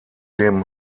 dem